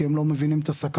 כי הם לא מבינים את הסכנות,